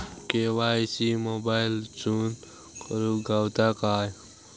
KYC मोबाईलातसून करुक गावता काय?